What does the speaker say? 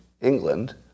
England